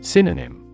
Synonym